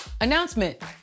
announcement